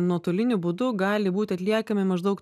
nuotoliniu būdu gali būti atliekami maždaug